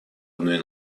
одной